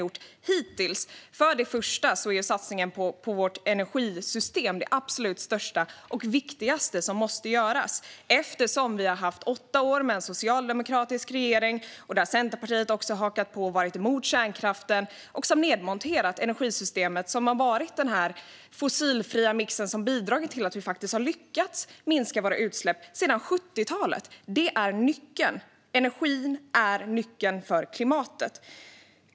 Först och främst är satsningen på vårt energisystem det absolut största och viktigaste som måste göras, eftersom vi har haft åtta år med en socialdemokratisk regering. Centerpartiet har hakat på där. Man har varit emot kärnkraften och nedmonterat det energisystem med den fossilfria mix som bidragit till att vi faktiskt har lyckats minska våra utsläpp sedan 70-talet. Energin är nyckeln för klimatet.